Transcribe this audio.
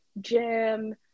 gym